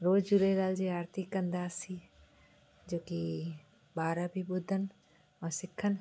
रोज़ु झूलेलाल जी आरिती कंदासीं जो की ॿार बि ॿुधनि ऐं सिखनि